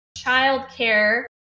childcare